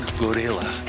gorilla